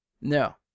no